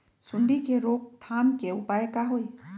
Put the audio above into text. सूंडी के रोक थाम के उपाय का होई?